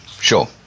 Sure